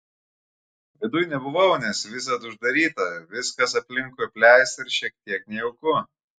viduj nebuvau nes visad uždaryta viskas aplinkui apleista ir šiek tiek nejauku